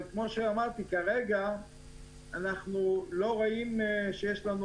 אבל כמו שאמרתי, כרגע אנחנו לא רואים שיש לנו